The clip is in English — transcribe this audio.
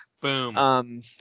Boom